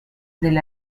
del